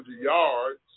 yards